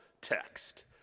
text